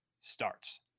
starts